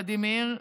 ולדימיר,